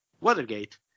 Watergate